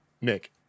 Nick